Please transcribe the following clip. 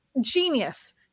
genius